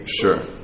Sure